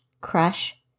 crush